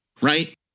right